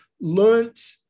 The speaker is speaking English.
learnt